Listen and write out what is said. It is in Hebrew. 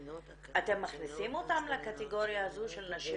אתן מכניסים אותן לקטגוריה הזאת של נשים